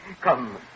Come